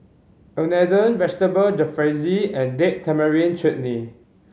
Unadon Vegetable Jalfrezi and Date Tamarind Chutney